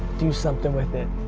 do something with it.